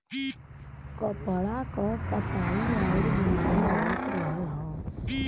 कपड़ा क कताई आउर बुनाई होत रहल हौ